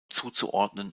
zuzuordnen